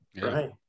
Right